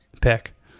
pick